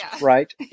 right